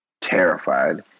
terrified